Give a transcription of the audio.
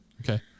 Okay